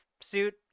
suit